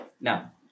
Now